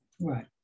Right